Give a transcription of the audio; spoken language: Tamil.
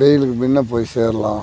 வெயிலுக்கு முன்னே போய் சேரலாம்